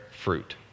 fruit